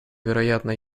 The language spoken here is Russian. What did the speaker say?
вероятно